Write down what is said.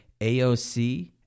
AOC